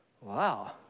Wow